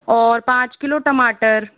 और पाँच किलो टमाटर